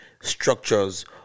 structures